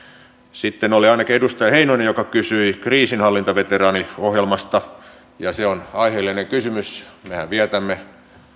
sitten oli ainakin edustaja heinonen joka kysyi kriisinhallintaveteraaniohjelmasta ja se on aiheellinen kysymys mehän vietämme